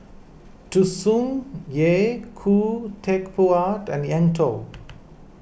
Tsung Yeh Khoo Teck Puat and Eng Tow